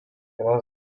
yra